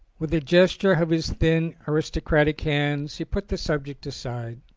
with a gesture of his thin, aristo cratic hands, he put the subject aside.